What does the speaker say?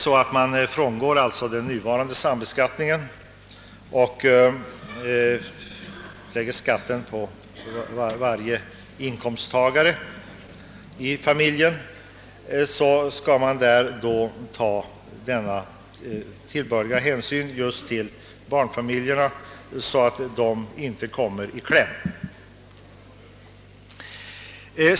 Om man frångår den nuvarande sambeskattningen och lägger skatten på varje inkomsttagare i familjen, skall man ta tillbörlig hänsyn just till barnfamiljerna så att de inte kommer i kläm.